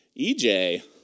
EJ